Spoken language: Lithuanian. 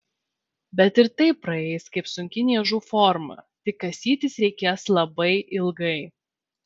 bet ir tai praeis kaip sunki niežų forma tik kasytis reikės labai ilgai